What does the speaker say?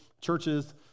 churches